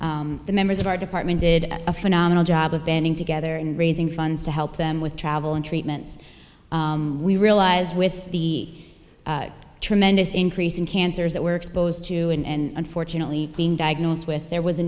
cancer the members of our department did a phenomenal job of banding together in raising funds to help them with travel and treatments we realize with the tremendous increase in cancers that we're exposed to and unfortunately being diagnosed with there was a